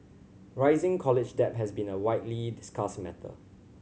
rising college debt has been a widely discussed matter